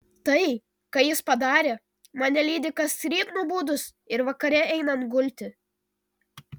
tai ką jis padarė mane lydi kasryt nubudus ir vakare einant gulti